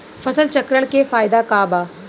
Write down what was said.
फसल चक्रण के फायदा का बा?